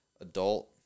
adult